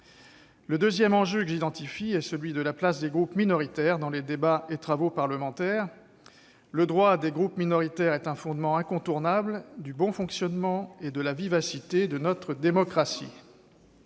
Le deuxième enjeu que j'identifie est celui de la place des groupes minoritaires dans les débats et travaux parlementaires. Le droit de ces groupes est un fondement incontournable du bon fonctionnement et de la vivacité de notre démocratie.